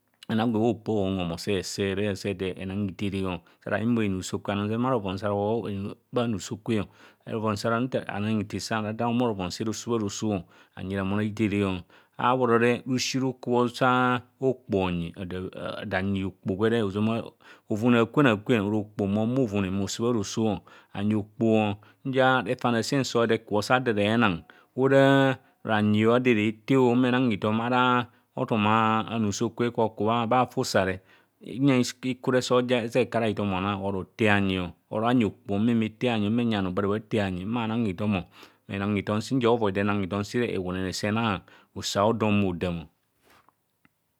Enang gwe bha ope ohomhom. Sa ese re, sa eda enang hithere saa ara hihumo enuso anum nzeng bhaa rovon sa rohor enusokwe. Anang hithere sa ara ad humor rovon se harese bharoso. Anyi ramon a hithere, sa abhoro re, rusi rukubho sa okpoho honyi, ada anyi okpoho gwere, ozama hovune a akwen ora okpoho ma ohumo hovune hoseee bharoso o anyi okpoho, nzia refane aasen sare ekubho, sa ado era enang, ora bhanyi ado era etee o, e humo enang hothom araa hothum a bhanusokwe kwa hokubha hafa usa re, hiiyang hikure sa ezee eku ara hithom honang. Ara tee bhanyior nyi okpoh ehumo eriyi bhanoo ba ara bha tee bhanyi ehumo ewunene hithom sire bhanang nzia usa ọdọ ọhumọ odaam o.